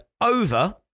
over